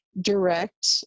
direct